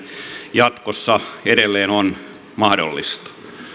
jatkossa edelleen on mahdollista